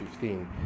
15